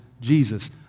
Jesus